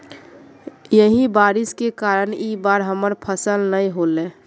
यही बारिश के कारण इ बार हमर फसल नय होले?